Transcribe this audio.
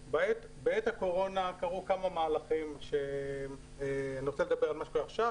בעת הקורונה קרו כמה מהלכים ואני רוצה לדבר על מה שקורה עכשיו